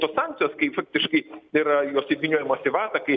tos sankcijos kai faktiškai yra jos įvyniojamos į vatą kai